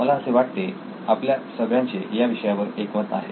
मला असे वाटते आपल्या सगळ्यांचे या विषयावर एकमत आहे